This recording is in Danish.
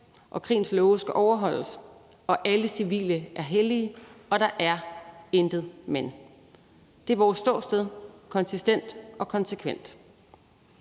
og krigens love skal overholdes og alle civile er hellige. Og der er intet men. Det er vores ståsted – konsistent og konsekvent.